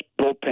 bullpen